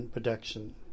production